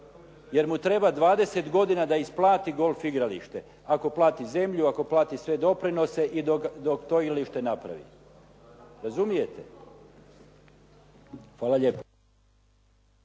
jer mu treba 20 godina da isplati golf igralište. Ako plati zemlju, ako plati sve doprinose i dok to igralište napravi. Razumijete? Hvala lijepo.